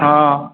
हँ